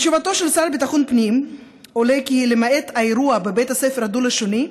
מתשובתו של השר לביטחון פנים עולה כי למעט האירוע בבית הספר הדו-לשוני,